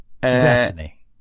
Destiny